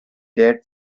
dad